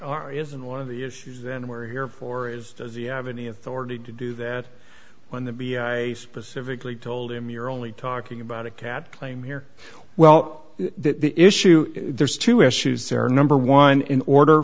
are isn't one of the issues and we're here for is does he have any authority to do that when the specifically told him you're only talking about a cat came here well the issue there's two issues here number one in order